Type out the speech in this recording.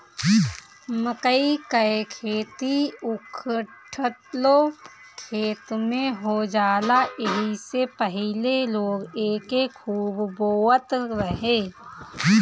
मकई कअ खेती उखठलो खेत में हो जाला एही से पहिले लोग एके खूब बोअत रहे